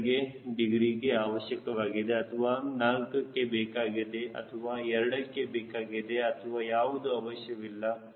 5ಗೆ degree ಆವಶ್ಯಕವಾಗಿದೆ ಅಥವಾ 4ಗೆ ಬೇಕಾಗಿದೆ ಅಥವಾ 2ಗೆ ಬೇಕಾಗಿದೆ ಅಥವಾ ಯಾವುದು ಅವಶ್ಯವಿಲ್ಲ